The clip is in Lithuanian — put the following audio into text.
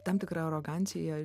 tam tikra arogancija